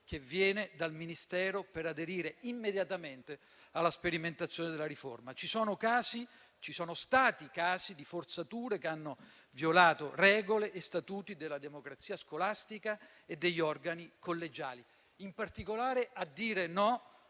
che viene dal Ministero per aderire immediatamente alla sperimentazione della riforma. Ci sono stati casi di forzature che hanno violato regole e statuti della democrazia scolastica e degli organi collegiali. In particolare, a dire no